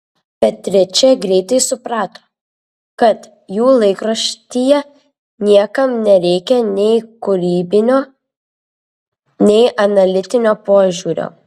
beatričė greitai suprato kad jų laikraštyje niekam nereikia nei kūrybinio nei analitinio požiūrio